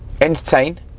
Entertain